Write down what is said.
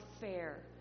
fair